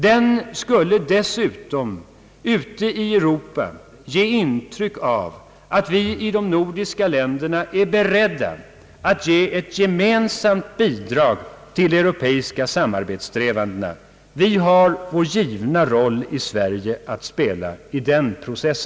Den skulle dessutom ute i Europa ge intrycket av att vi i de nordiska länderna är beredda att ge ett gemensamt bidrag till de europeiska samarbetssträvandena. Vi i Sverige har vår givna roll att spela i denna process.